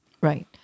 Right